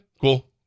cool